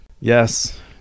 Yes